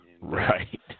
right